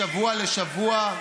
משבוע לשבוע.